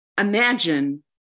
Imagine